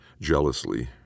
jealously